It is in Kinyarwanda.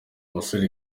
basore